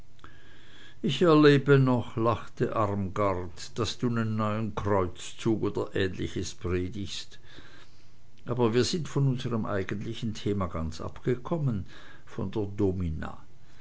ich erlebe noch lachte armgard daß du nen neuen kreuzzug oder ähnliches predigst aber wir sind von unserm eigentlichen thema ganz abgekommen von der domina